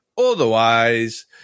Otherwise